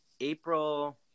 april